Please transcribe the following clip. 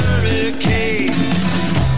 hurricane